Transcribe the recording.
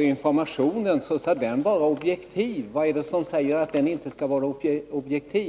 Informationen skall vara objektiv. Vad är det i förslaget som säger att den inte skall vara det?